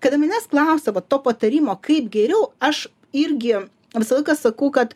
kada manęs klausdavo to patarimo kaip geriau aš irgi visą laiką sakau kad